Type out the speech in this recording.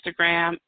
Instagram